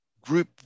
group